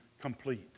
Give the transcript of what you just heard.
complete